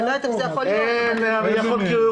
בידי בעלי תפקידים במוסד שהמנהל נתן להם אישור